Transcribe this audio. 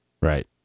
Right